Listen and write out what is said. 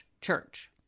church